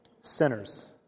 sinners